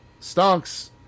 Stonks